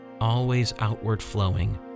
always-outward-flowing